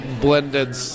blended